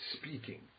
speaking